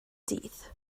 dydd